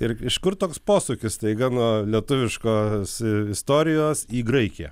ir iš kur toks posūkis staiga nuo lietuviškos istorijos į graikiją